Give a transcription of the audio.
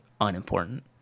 unimportant